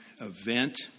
event